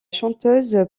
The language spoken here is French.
chanteuse